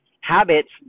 habits